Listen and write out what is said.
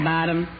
Bottom